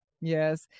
Yes